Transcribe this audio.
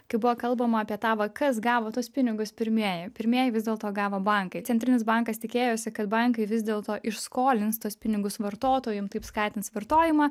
kai buvo kalbama apie tą va kas gavo tuos pinigus pirmieji pirmieji vis dėlto gavo bankai centrinis bankas tikėjosi kad bankai vis dėl to išskolins tuos pinigus vartotojam taip skatins vartojimą